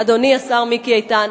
אדוני השר מיקי איתן,